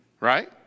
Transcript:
right